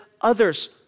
others